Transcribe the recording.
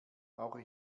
brauche